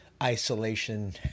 isolation